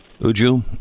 Uju